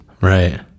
right